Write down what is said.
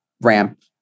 ramp